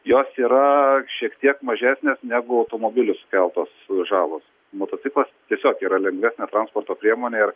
jos yra šiek tiek mažesnės negu automobiliu sukeltos žalos motociklas tiesiog yra lengvesnė transporto priemonė